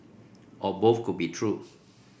or both could be true